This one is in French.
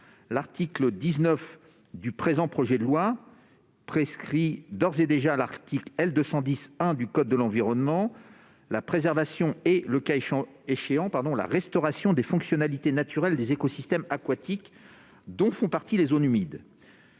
l'article 19 du présent projet de loi prescrit d'ores et déjà, à l'article L. 210-1 du code de l'environnement « la préservation et, le cas échéant, la restauration des fonctionnalités naturelles des écosystèmes aquatiques [...] dont font partie les zones humides